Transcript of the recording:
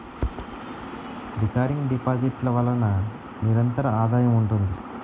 recurring deposit ల వలన నిరంతర ఆదాయం ఉంటుంది